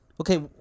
Okay